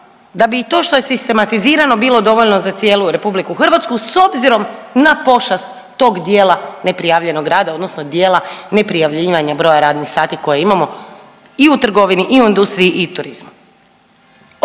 da bi i to što je sistematizirano bilo dovoljno za cijelu RH s obzirom na pošast tog dijela neprijavljenog rada odnosno dijela neprijavljivanja broja radnih sati koje imamo i u trgovini i u industriji i turizmu.